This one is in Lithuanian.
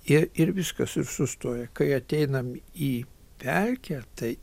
ir ir viskas ir sustoja kai ateinam į pelkę tai